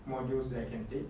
modules that I can take